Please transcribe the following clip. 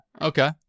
Okay